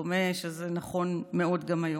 דומה שזה נכון מאוד גם היום.